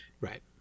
right